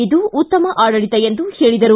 ಇದು ಉತ್ತಮ ಆಡಳಿತ ಎಂದು ಹೇಳಿದರು